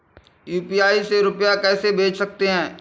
UPI से रुपया कैसे भेज सकते हैं?